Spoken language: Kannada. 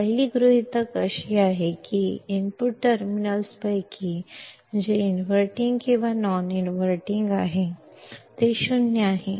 ಮೊದಲನೆಯ ಊಹೆಯೆಂದರೆ ಇನ್ಪುಟ್ ಟರ್ಮಿನಲ್ಗಳಿಂದ ಡ್ರಾವ್ ಮಾಡಲ್ಪಟ್ಟ ಕರೆಂಟ್ ಇನ್ವರ್ಟಿಂಗ್ ಅಥವಾ ನಾನ್ ಇನ್ವರ್ಟಿಂಗ್ 0 ಆಗಿದೆ ಇದು ಮೊದಲ ಊಹೆಯಾಗಿದೆ